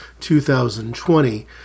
2020